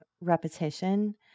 repetition